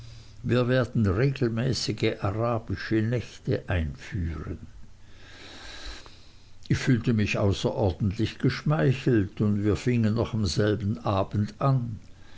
wir werden regelmäßige arabische nächte einführen ich fühlte mich außerordentlich geschmeichelt und wir fingen noch am selben abend an